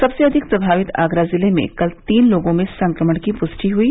सबसे अधिक प्रभावित आगरा जिले में कल तीन लोगों में संक्रमण की पुष्टि हुयी